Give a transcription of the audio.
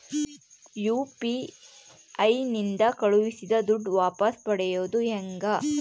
UPI ನಿಂದ ಕಳುಹಿಸಿದ ದುಡ್ಡು ವಾಪಸ್ ಪಡೆಯೋದು ಹೆಂಗ?